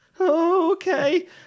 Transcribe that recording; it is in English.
Okay